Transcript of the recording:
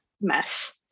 mess